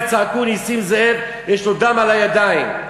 וצעקו: נסים זאב יש לו דם על הידיים.